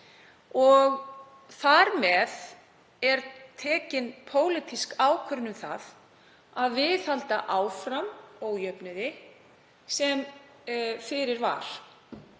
Þar með er tekin pólitísk ákvörðun um það að viðhalda áfram ójöfnuði sem fyrir var.